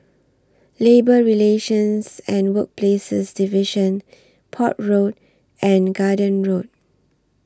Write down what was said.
Labour Relations and Workplaces Division Port Road and Garden Road